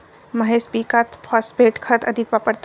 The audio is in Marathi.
महेश पीकात फॉस्फेट खत अधिक वापरतो